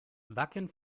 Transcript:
wacken